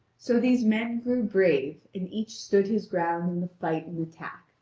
so these men grew brave and each stood his ground in the fight and attack.